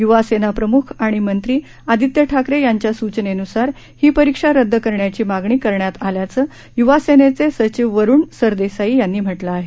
युवासेना प्रम्ख आणि मंत्री आदित्य ठाकरे यांच्या सूचनेन्सार ही परीक्षा रद्द करण्याची मागणी करण्यात आल्याचं य्वा सेनेचे सचिव वरुण सरदेसाई यांनी म्हटलं आहे